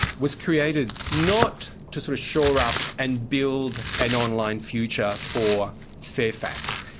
was created not to sort of shore up and build an online future for fairfax.